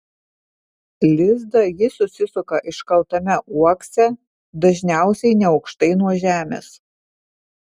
lizdą ji susisuka iškaltame uokse dažniausiai neaukštai nuo žemės